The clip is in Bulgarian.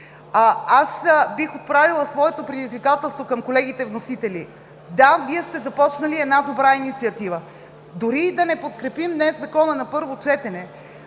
Бих отправила своето предизвикателство към колегите вносители. Да, Вие сте започнали една добра инициатива. Дори и да не подкрепим днес Законопроекта на първо четене,